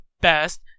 best